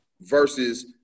versus